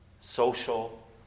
social